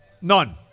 None